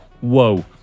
whoa